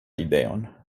ideon